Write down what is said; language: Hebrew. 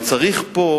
אבל צריך יהיה פה